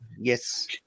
Yes